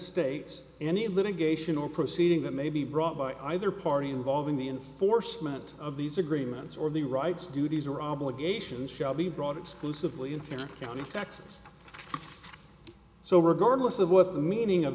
states any litigation or proceeding that may be brought by either party involving the enforcement of these agreements or the rights duties or obligations shall be brought exclusively into county texas so regardless of what the meaning of